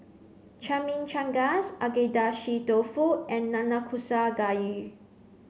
Chimichangas Agedashi dofu and Nanakusa gayu